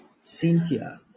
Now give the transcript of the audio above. Cynthia